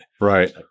Right